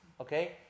okay